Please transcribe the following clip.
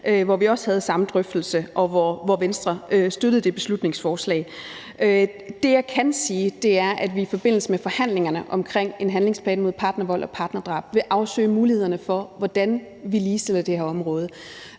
hvor vi havde den samme drøftelse, og hvor Venstre støttede beslutningsforslaget. Det, jeg kan sige, er, at vi i forbindelse med forhandlingerne om en handlingsplan mod partnervold og partnerdrab vil afsøge mulighederne for, hvordan vi ligestiller det her område.